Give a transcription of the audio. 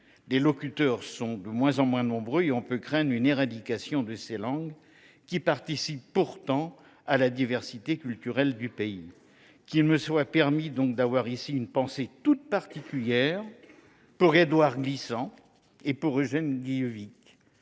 Les locuteurs sont de moins en moins nombreux, aussi peut on craindre une éradication de ces langues, qui participent pourtant de la diversité culturelle du pays. Qu’il me soit permis d’avoir ici une pensée toute particulière pour Édouard Glissant et Eugène Guillevic